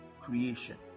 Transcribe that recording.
creation